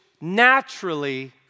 naturally